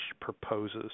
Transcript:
proposes